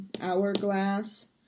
hourglass